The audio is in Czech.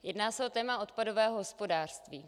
Jedná se o téma odpadového hospodářství.